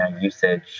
usage